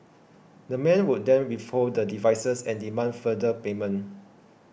the men would then withhold the devices and demand further payment